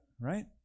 right